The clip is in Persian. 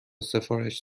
سفارش